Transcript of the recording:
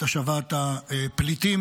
את השבת הפליטים,